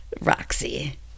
Roxy